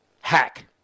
hack